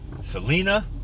Selena